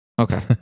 Okay